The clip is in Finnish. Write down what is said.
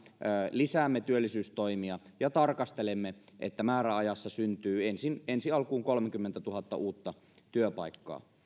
lisäämme työllisyystoimia ja tarkastelemme että määräajassa syntyy ensi alkuun kolmekymmentätuhatta uutta työpaikkaa